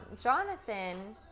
Jonathan